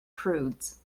prudes